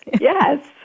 Yes